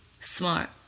smart